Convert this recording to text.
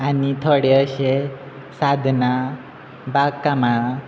आनी थोडे अशे सादनां बाग कामां